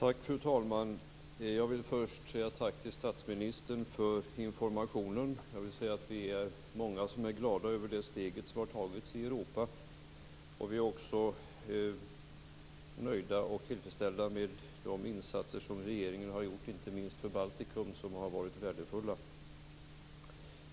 Fru talman! Först vill jag rikta ett tack till statsministern för informationen. Vi är många som är glada över det steg som har tagits i Europa. Vi är nöjda och tillfredsställda med de insatser, inte minst för Baltikum, som regeringen har gjort och som har varit värdefulla.